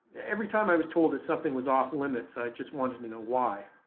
every time i was told that something was off-limits i just wanted to know why.